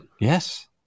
Yes